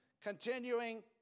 continuing